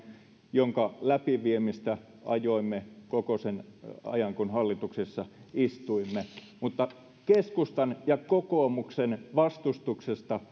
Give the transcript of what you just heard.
jonka läpi viemistä ajoimme koko sen ajan kun hallituksessa istuimme mutta keskustan ja kokoomuksen vastustuksesta